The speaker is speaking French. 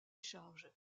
charges